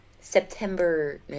september